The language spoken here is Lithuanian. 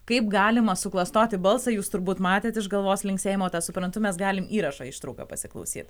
kaip galima suklastoti balsą jūs turbūt matėt iš galvos linksėjimo tą suprantu mes galim įrašo ištrauką pasiklausyt